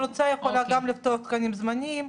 המדינה אם רוצה, יכולה גם לפתוח תקנים זמניים.